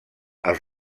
als